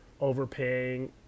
overpaying